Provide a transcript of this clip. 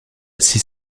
six